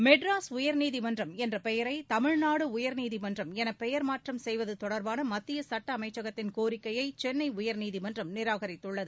மெட்ராஸ் உயர்நீதிமன்றம் என்ற பெயரை தமிழ்நாடு உயர்நீதிமன்றம் பெயர் மாற்றம் செய்வது தொடா்பான மத்திய சட்ட அமைச்சகத்தின் கோரிக்கையை சென்னை உயா்நீதிமன்றம் நிராகரித்துள்ளது